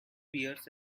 pears